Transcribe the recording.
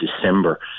December